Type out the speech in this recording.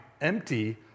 empty